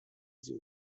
sie